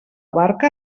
barca